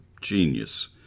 genius